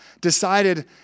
decided